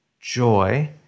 joy